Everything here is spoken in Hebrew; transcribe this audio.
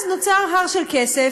אז נוצר הר של כסף,